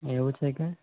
એવું છે કે